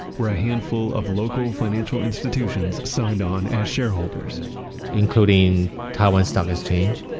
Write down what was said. where a handful of local financial institutions signed on as shareholders including taiwan stock exchange,